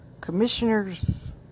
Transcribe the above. commissioners